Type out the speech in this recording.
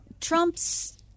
Trump's